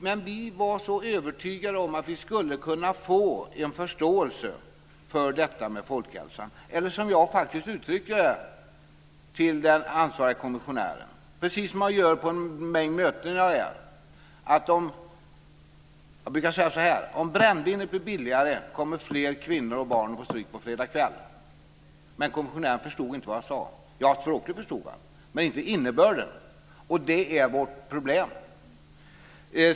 Men vi var så övertygade om att vi skulle kunna få en förståelse för folkhälsan, eller som jag faktiskt uttryckte det till den ansvarige kommissionären, precis som man gör på en mängd möten man deltar i: Om brännvinet blir billigare, kommer fler kvinnor och barn att få stryk på fredag kväll. Kommissionären förstod inte vad jag sade. Språkligt förstod han, men inte innebörden. Det är vårt problem.